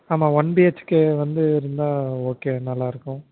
ஆமாம் one B H K வந்து இருந்தால் ஓகே நல்லா இருக்கும்